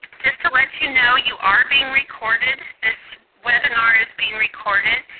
just to let you know, you are being recorded. this webinar is being recorded.